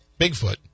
Bigfoot